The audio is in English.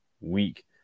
week